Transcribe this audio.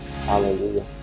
Hallelujah